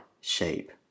shape